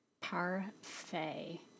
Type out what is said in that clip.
Parfait